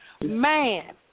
man